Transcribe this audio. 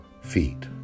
feet